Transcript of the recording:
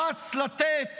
רץ לתת